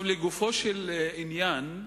לגופו של עניין,